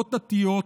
עמדות דתיות,